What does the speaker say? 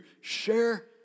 share